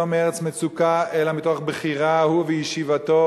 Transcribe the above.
לא מארץ מצוקה אלא מתוך בחירה: הוא וישיבתו,